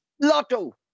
Lotto